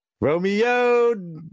Romeo